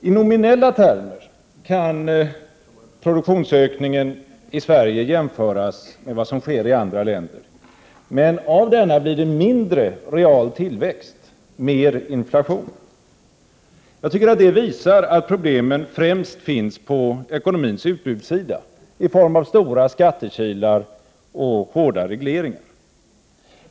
I nominella termer kan produktionsökningen i Sverige jämföras med vad som sker i andra länder, men av denna blir det mindre real tillväxt, mer inflation. Jag tycker att detta visar att problemen främst finns på ekonomins utbudssida i form av stora skattekilar och hårda regleringar.